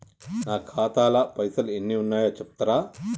నా ఖాతా లా పైసల్ ఎన్ని ఉన్నాయో చెప్తరా?